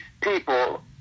people